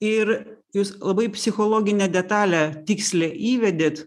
ir jūs labai psichologinę detalę tikslią įvedėt